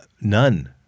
None